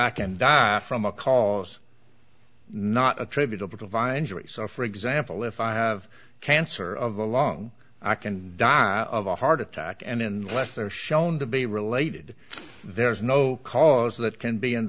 i can die from a cause not attributable to via injuries or for example if i have cancer of the lung i can die of a heart attack and unless they're shown to be related there's no cause that can be in